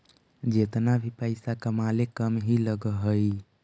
जेतना भी पइसा कमाले कम ही लग हई